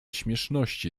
śmieszności